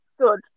good